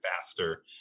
faster